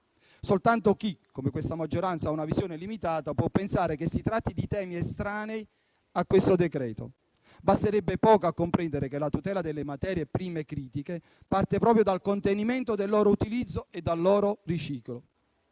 Soltanto chi, come questa maggioranza, ha una visione limitata può pensare che si tratti di temi estranei al decreto in esame. Basterebbe poco per comprendere che la tutela delle materie prime critiche parte proprio dal contenimento del loro utilizzo e dal loro riciclo.